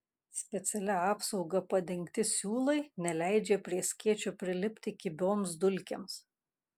specialia apsauga padengti siūlai neleidžia prie skėčio prilipti kibioms dulkėms